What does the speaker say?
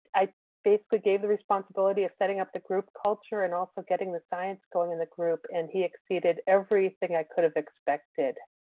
i basically gave the responsibility of setting up the group culture and also getting the science going in the group. and he exceeded everything i could have expected.